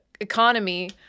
economy